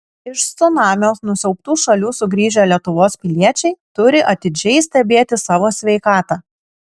iš cunamio nusiaubtų šalių sugrįžę lietuvos piliečiai turi atidžiai stebėti savo sveikatą